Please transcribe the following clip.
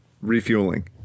refueling